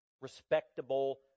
respectable